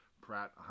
Pratt